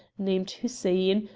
named hussein,